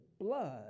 blood